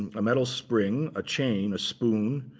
and a metal spring, a chain, a spoon,